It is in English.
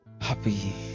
happy